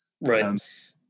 Right